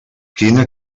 quina